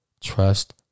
Trust